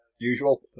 Usual